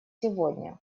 сегодня